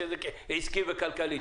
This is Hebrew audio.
כשזה עסקי וכלכלי.